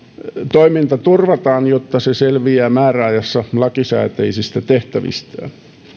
toiminta turvataan jotta se selviää määräajassa lakisääteisistä tehtävistään